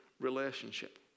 relationship